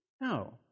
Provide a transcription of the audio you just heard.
No